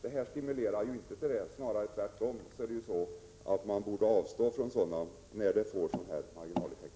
Det här systemet stimulerar som sagt inte härtill, utan snarare måste ungdomarna säga sig att de bör avstå från extrainkomster, när det blir marginaleffekter av detta slag.